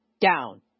down